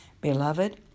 Beloved